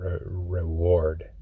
reward